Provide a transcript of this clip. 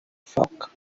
foc